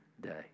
day